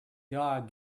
dog